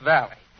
Valley